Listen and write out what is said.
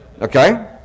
Okay